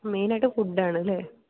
main ആയിട്ട് food ആണല്ലേ